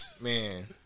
man